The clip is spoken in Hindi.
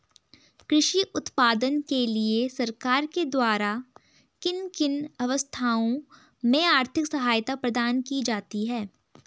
कृषि उत्पादन के लिए सरकार के द्वारा किन किन अवस्थाओं में आर्थिक सहायता प्रदान की जाती है?